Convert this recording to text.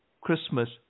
Christmas